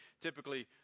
typically